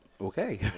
Okay